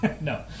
No